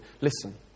Listen